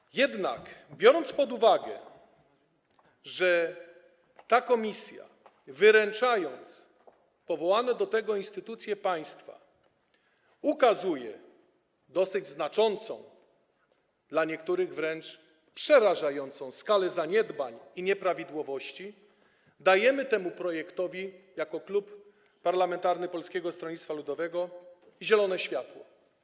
Biorąc jednak pod uwagę, że ta komisja, wyręczając powołane do tego instytucje państwa, ukazuje dosyć znaczącą, dla niektórych wręcz przerażającą skalę zaniedbań i nieprawidłowości, dajemy temu projektowi jako Klub Parlamentarny Polskiego Stronnictwa Ludowego zielone światło.